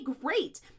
great